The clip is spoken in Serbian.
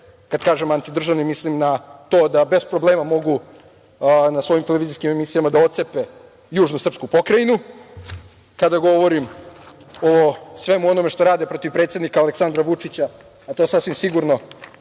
Kada kažem antidržavni, milim na to da bez problema mogu na svojim televizijskim emisija da otcepe južnu srpsku pokrajinu. Kada govorim o svemu onome što rade protiv predsednika Aleksandra Vučića, a to sasvim sigurno